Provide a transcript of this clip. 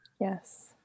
Yes